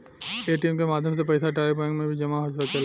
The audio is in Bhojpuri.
ए.टी.एम के माध्यम से पईसा डायरेक्ट बैंक में भी जामा हो सकेला